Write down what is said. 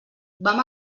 vam